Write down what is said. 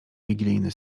wigilijny